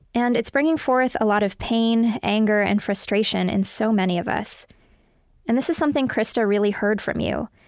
and it's bringing forth a lot of pain, anger, and frustration in so many of us and this is something krista really heard this from you,